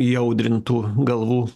įaudrintų galvų